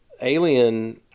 Alien